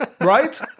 right